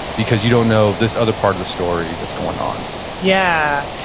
because you don't know this other part of the story that's going on yeah.